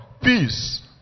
peace